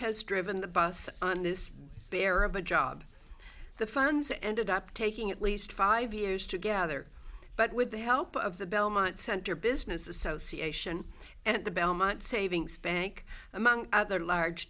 has driven the bus on this bear of a job the funds ended up taking at least five years together but with the help of the belmont center business association and the belmont savings bank among other large